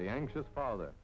the anxious father